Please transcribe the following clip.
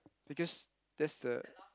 because that's the